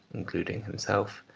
including himself,